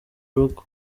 urugo